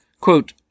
Quote